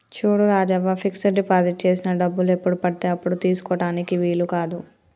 చూడు Rajavva fix deposit చేసిన డబ్బులు ఎప్పుడు పడితే అప్పుడు తీసుకుటానికి వీలు కాదు